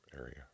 area